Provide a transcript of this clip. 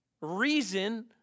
reason